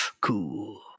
Cool